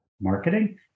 marketing